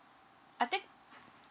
I think